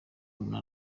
umuntu